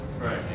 Right